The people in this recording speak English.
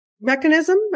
mechanism